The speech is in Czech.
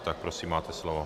Tak prosím, máte slovo.